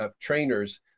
trainers